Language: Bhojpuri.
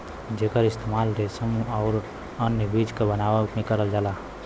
जेकर इस्तेमाल रेसम आउर अन्य चीज बनावे में करल जाला